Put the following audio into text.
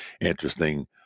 interesting